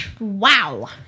Wow